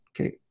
okay